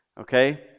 Okay